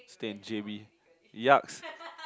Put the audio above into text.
stay in j_b yucks